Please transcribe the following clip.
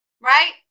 right